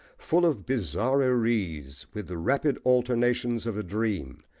full of bizarreries, with the rapid alternations of a dream,